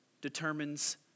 determines